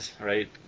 right